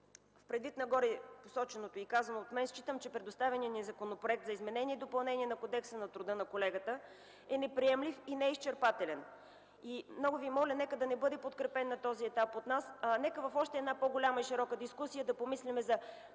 Предвид на горепосоченото и казаното от мен считам, че предоставеният ни Законопроект за изменение и допълнение на Кодекса на труда на колегата е неприемлив и неизчерпателен. Много ви моля, нека да не бъде подкрепен на този етап от нас, а в една още по-голяма и широка дискусия да помислим